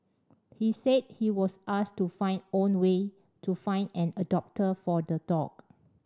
he said he was asked to find own way to find an adopter for the dog